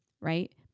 right